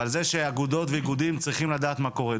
ועל זה שאגודות ואיגודים צריכים לדעת מה קורה.